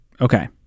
Okay